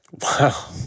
Wow